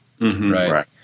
Right